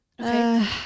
Okay